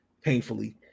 painfully